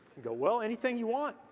go well, anything you want.